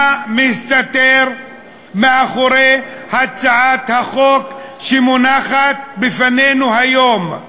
מה מסתתר מאחורי הצעת החוק שמונחת בפנינו היום?